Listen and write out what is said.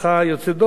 התנועה הציונית,